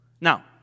Now